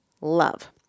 love